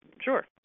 Sure